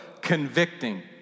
convicting